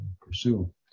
pursue